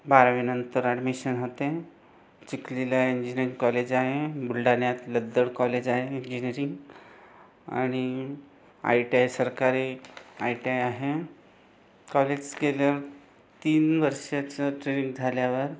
बारावीनंतर ॲडमिशन होते चिखलीला इंजीनीरिंग कॉलेज आहे बुलढाण्यात लद्दड कॉलेज आहे इंजिनिअरिंग आणि आय टी आय सरकारी आय टी आय आहे कॉलेज केल्या तीन वर्षाचं ट्रेनिंग झाल्यावर